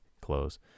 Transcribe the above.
Close